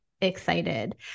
excited